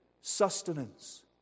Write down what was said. sustenance